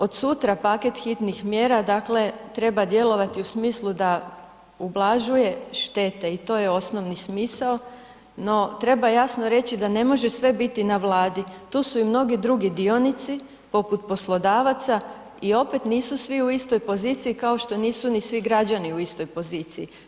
Od sutra paket hitnih mjera dakle treba djelovati u smislu da ublažuje štete i to je osnovni smisao, no treba jasno reći da ne može sve biti na Vladi, tu su i mnogi drugi dionici poput poslodavaca i opet nisu svi u istoj poziciji kao što nisu ni svi građani u istoj poziciji.